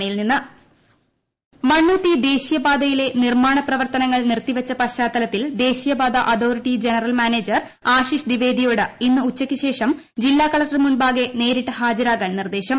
നിർദ്ദേശം മണ്ണുത്തി ദേശീയപാതയിലെ നിർമ്മാണപ്രവർത്തനങ്ങൾ നിർത്തിവച്ച പശ്ചാത്തലത്തിൽ ദേശീയപാത അതോറിറ്റി ജനറൽ മാനേജർ ആശിഷ് ഇന്ന് ഉച്ചയ്ക്ക് ശേഷംജില്ലാ കളക്ടർ മുമ്പാകെ നേരിട്ട് ദിവേദിയോട് ഹാജരാകാൻ നിർദ്ദേശം